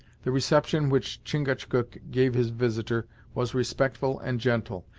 the reception which chingachgook gave his visitor was respectful and gentle.